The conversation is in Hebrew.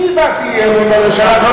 אני הבעתי אי-אמון בממשלה.